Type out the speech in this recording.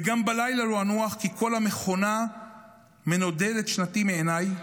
וגם בלילה לא אנוח כי קול המכונה מנדדת את שנתי מעיניי.